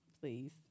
Please